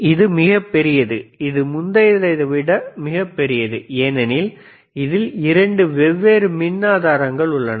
இது மிகப்பெரியது இது முந்தையதைவிட மிகப் பெரியது ஏனெனில் இதில் இரண்டு வெவ்வேறு மின் ஆதாரங்கள் உள்ளன